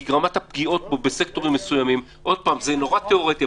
כי רמת הפגיעות זה נורא תיאורטי,